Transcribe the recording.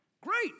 Great